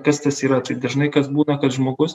kas tas yra tai dažnai kas būna kad žmogus